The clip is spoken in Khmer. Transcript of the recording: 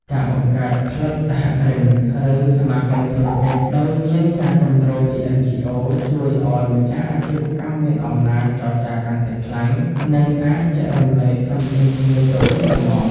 ការបង្កើត "ក្លឹបសហគ្រិន" ឬ "សមាគមធុរកិច្ច" ដោយមានការគាំទ្រពី NGOs ជួយឱ្យម្ចាស់អាជីវកម្មមានអំណាចចរចាកាន់តែខ្លាំង និងអាចចែករំលែកធនធានគ្នាទៅវិញទៅមក